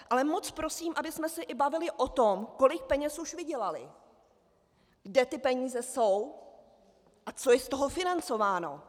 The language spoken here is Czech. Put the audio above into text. Ale moc prosím, abychom se bavili o tom, kolik peněz už vydělali, kde ty peníze jsou a co je z toho financováno.